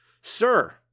Sir